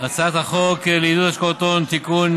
הצעת החוק לעידוד השקעות הון (תיקון,